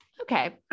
Okay